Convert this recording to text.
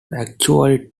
actually